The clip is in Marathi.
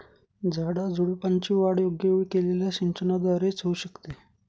झाडाझुडपांची वाढ योग्य वेळी केलेल्या सिंचनाद्वारे च होऊ शकते